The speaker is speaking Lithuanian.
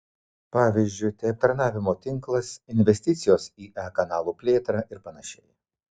pavyzdžiui tai aptarnavimo tinklas investicijos į e kanalų plėtrą ir panašiai